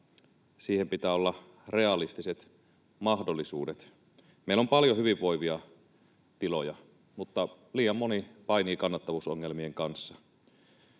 siihen pitää olla realistiset mahdollisuudet. Meillä on paljon hyvinvoivia tiloja, mutta liian moni painii kannattavuusongelmien kanssa.